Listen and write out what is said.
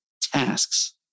tasks